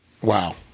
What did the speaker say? Wow